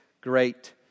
great